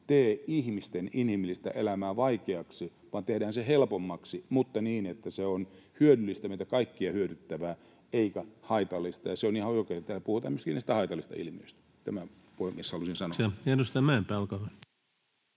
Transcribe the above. tee ihmisten inhimillistä elämää vaikeaksi vaan teemme se helpommaksi, mutta niin, että se on hyödyllistä, meitä kaikkia hyödyttävää, eikä haitallista. Ja se on ihan oikein, että täällä puhutaan myöskin niistä haitallisista ilmiöistä. Tämän, puhemies, halusin sanoa.